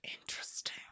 Interesting